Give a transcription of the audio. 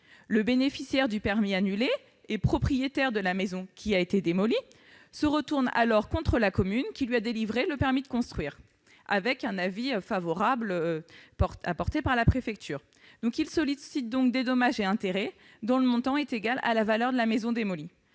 Le bénéficiaire du permis annulé et propriétaire de la maison démolie se retourne alors contre la commune qui lui a délivré le permis de construire après l'avis favorable donné par la préfecture. Il sollicite des dommages et intérêts dont le montant est égal à la valeur de la maison démolie.